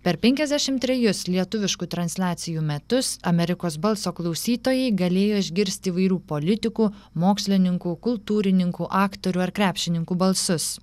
per penkiasdešimt trejus lietuviškų transliacijų metus amerikos balso klausytojai galėjo išgirsti įvairių politikų mokslininkų kultūrininkų aktorių ar krepšininkų balsus